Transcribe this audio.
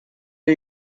are